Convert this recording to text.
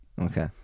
okay